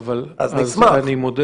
נשמח.